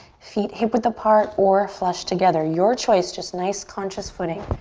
feet hip width apart or flush together, your choice, just nice, conscious footing.